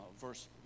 verse